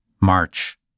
March